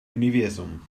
universum